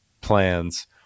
plans